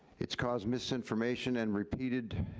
it's caused misinformation and repeated,